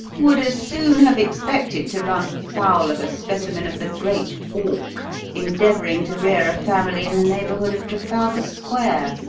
would as soon have expected to run foul of a specimen of the great auk endeavouring to rear a family in the neighbourhood of trafalgar square.